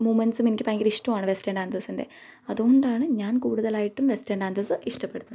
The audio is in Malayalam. മൂമെൻസ്സും എനിക്ക് ഭയങ്കര ഇഷ്ടമാണ് വെസ്റ്റേൺ ഡാൻസസ്സിൻ്റെ അതുകൊണ്ടാണ് ഞാൻ കൂടുതലായിട്ടും വെസ്റ്റേൺ ഡാൻസസ് ഇഷ്ടപ്പെടുന്നത്